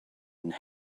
and